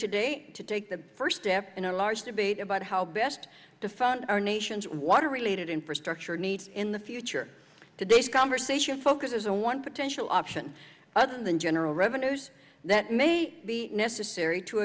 today take the first step in a large debate about how best to fund our nation's water related infrastructure needs in the future today's conversation focuses on one potential option other than general revenues that may be necessary to